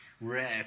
rare